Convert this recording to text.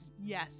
yes